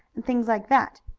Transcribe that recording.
and things like that.